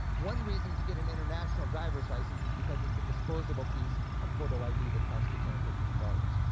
one reason to get an international driver's license is because it's a disposable piece of photo id that costs you ten or fifteen dollars.